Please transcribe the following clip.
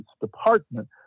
Department